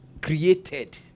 created